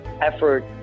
effort